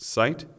sight